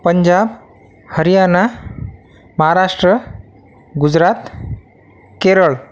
Punjab Haryana Maharashtra Gujarat Kerala